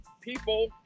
people